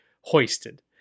hoisted